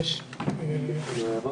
אולי נשמע